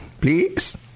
please